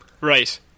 Right